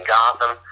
Gotham